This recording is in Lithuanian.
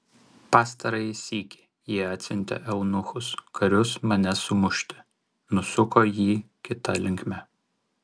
pastarąjį sykį ji atsiuntė eunuchus karius manęs sumušti nusuko jį kita linkme